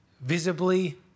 Visibly